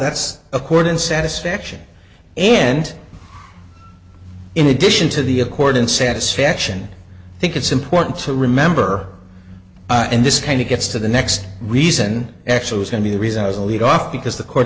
that's accordance satisfaction and in addition to the accord in satisfaction i think it's important to remember and this kind of gets to the next reason actually is going to be the reason as a lead off because the co